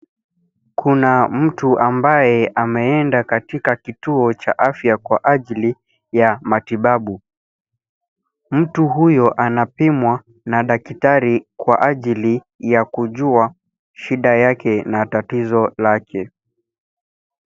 Kuna mtu ambaye ameenda katika kituo cha afya kwa ajili ya matibabu. Mtu huyo anapimwa na daktari kwa ajili ya kujua shida yake na tatizo lake.